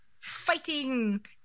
Fighting